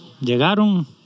llegaron